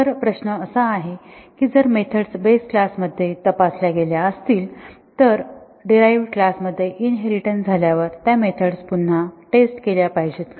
तर प्रश्न असा आहे की जर मेथड्स बेस क्लासमध्ये तपासल्या गेल्या असतील तर डीरहाईवड क्लास इनहेरिटेन्स झाल्यावर त्या मेथड्स पुन्हा टेस्ट केल्या पाहिजेत का